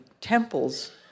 temples